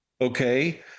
okay